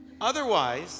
Otherwise